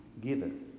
given